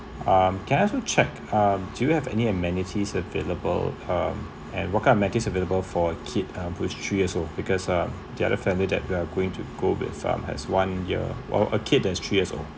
um can I also check um do you have any amenities available um and what kind of amenities available for a kid who is three years old because uh the other family that we are going to go with um has one year old a kid that is three years old